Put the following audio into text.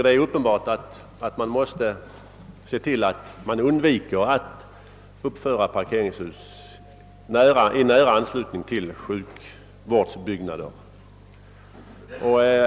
Det är uppenbart att man måste se till att man undviker att uppföra parkeringshus i nära anslutning till sjukvårdsbyggnader.